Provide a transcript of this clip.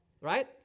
right